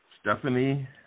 Stephanie